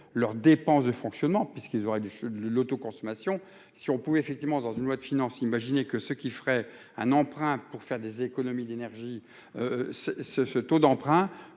leurs dépenses de fonctionnement puisqu'ils auraient dû l'autoconsommation, si on pouvait effectivement dans une loi de finances, imaginer que ce qu'il ferait un emprunt pour faire des économies d'énergie, ce ce, ce taux d'emprunt